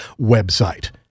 website